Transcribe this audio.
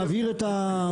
לא היית בהתחלה.